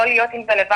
לא להיות עם זה לבד,